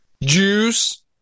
Juice